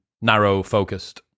narrow-focused